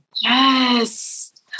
Yes